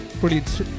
brilliant